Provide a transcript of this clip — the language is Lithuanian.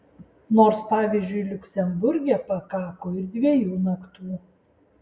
nors pavyzdžiui liuksemburge pakako ir dviejų naktų